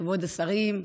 כבוד השרים,